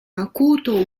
acuto